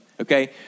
okay